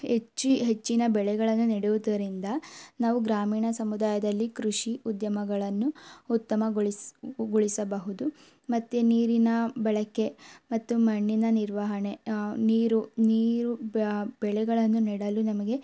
ಹೆಚ್ಚು ಹೆಚ್ಚಿನ ಬೆಳೆಗಳನ್ನು ನೆಡುವುದರಿಂದ ನಾವು ಗ್ರಾಮೀಣ ಸಮುದಾಯದಲ್ಲಿ ಕೃಷಿ ಉದ್ಯಮಗಳನ್ನು ಉತ್ತಮಗೊಳಿಸ ಗೊಳಿಸಬಹುದು ಮತ್ತು ನೀರಿನ ಬಳಕೆ ಮತ್ತು ಮಣ್ಣಿನ ನಿರ್ವಹಣೆ ನೀರು ನೀರು ಬೆಳೆಗಳನ್ನು ನೆಡಲು ನಮಗೆ